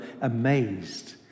amazed